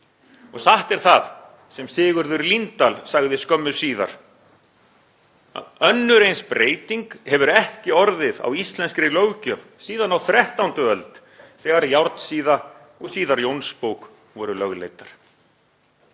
Satt er það sem Sigurður Líndal sagði skömmu síðar, að „[ö]nnur eins breyting hefur ekki orðið á íslenzkri löggjöf síðan á 13. öld þegar Járnsíða og síðar Jónsbók voru lögleiddar“.